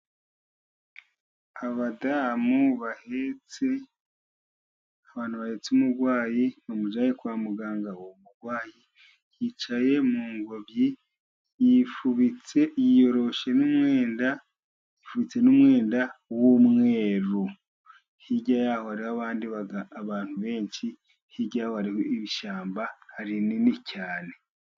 Abadamu bahetse, abantu bahetse umurwayi bamujya kwa muganga, uwo murwayi yicaye mu ngobyi yifubitse, yiyoroshe n'umwenda, apfutse n'umwenda w'umweru, hirya ya ho abandi abantu benshi hirya wari ibishyamba hari rinini cyane.